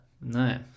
No